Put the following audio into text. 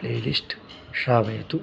playlist श्रावयतु